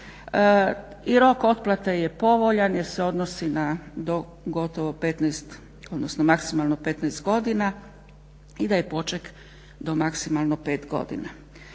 I rok otplate je povoljan jer se odnosi na gotovo 15, odnosno maksimalno 15 godina i da je poček do maksimalno 5 godina.